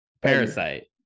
Parasite